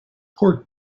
pork